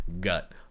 gut